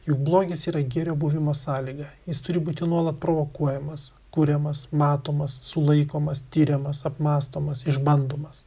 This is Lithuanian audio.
juk blogis yra gėrio buvimo sąlyga jis turi būti nuolat provokuojamas kuriamas matomas sulaikomas tiriamas apmąstomas išbandomas